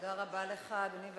תודה רבה לך, אדוני.